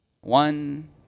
One